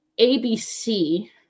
ABC